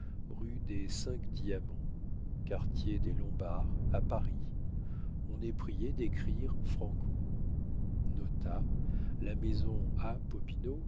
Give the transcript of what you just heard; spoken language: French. rue des cinq diamants quartier des lombards à paris on est prié d'écrire franco nota la maison